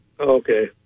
Okay